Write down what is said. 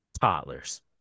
Toddlers